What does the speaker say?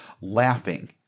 laughing